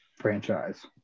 franchise